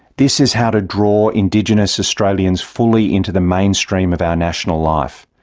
this is how to draw indigenous australians fully into the mainstream of our national life.